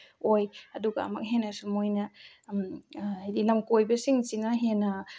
ꯑꯣꯏ ꯑꯗꯨꯒ ꯑꯃꯛ ꯍꯦꯟꯅꯁꯨ ꯃꯣꯏꯅ ꯍꯥꯏꯗꯤ ꯂꯝꯀꯣꯏꯕꯁꯤꯡꯁꯤꯅ ꯍꯦꯟꯅ